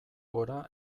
gora